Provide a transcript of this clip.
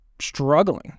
struggling